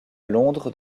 londres